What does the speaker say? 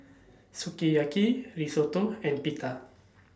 Sukiyaki Risotto and Pita